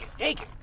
take